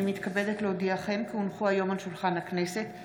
בדת להודיעכם, כי הונחו היום על שולחן הכנסת תקנות